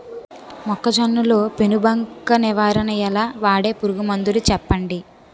మొక్కజొన్న లో పెను బంక నివారణ ఎలా? వాడే పురుగు మందులు చెప్పండి?